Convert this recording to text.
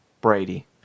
Brady